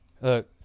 look